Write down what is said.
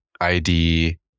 ID